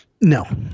No